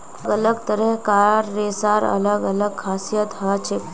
अलग अलग तरह कार रेशार अलग अलग खासियत हछेक